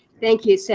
thank you, so